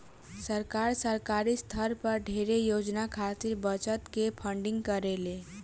सरकार, सरकारी स्तर पर ढेरे योजना खातिर बजट से फंडिंग करेले